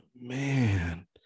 man